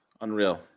Unreal